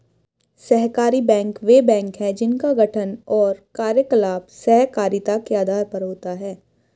सहकारी बैंक वे बैंक हैं जिनका गठन और कार्यकलाप सहकारिता के आधार पर होता है